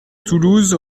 toulouse